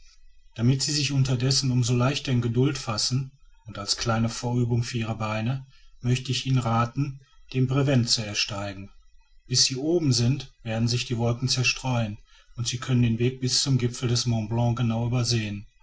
damit sie sich unterdessen um so leichter in geduld fassen und als kleine vorübung für ihre beine möchte ich ihnen rathen den brevent zu ersteigen bis sie oben sind werden sich die wolken zerstreuen und sie können den weg bis zum gipfel des mont blanc genau übersehen